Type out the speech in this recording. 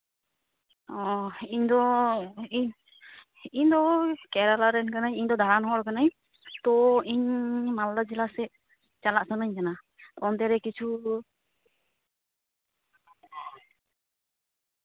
ᱚᱸᱻ ᱤᱧ ᱫᱚ ᱤᱧ ᱠᱮᱨᱟᱞᱟ ᱨᱮᱱ ᱠᱟᱱᱟᱹᱧ ᱤᱧᱫᱚ ᱫᱟᱬᱟᱱ ᱦᱚᱲ ᱠᱟᱹᱱᱟᱹᱧ ᱛᱚ ᱤᱧ ᱢᱟᱞᱫᱟ ᱡᱮᱞᱟ ᱥᱮᱫ ᱪᱟᱞᱟᱜ ᱥᱟᱱᱟᱹᱧ ᱠᱟᱱᱟ ᱚᱱᱛᱮ ᱨᱮ ᱠᱤᱪᱷᱩ